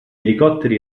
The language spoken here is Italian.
elicotteri